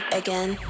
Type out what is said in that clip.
again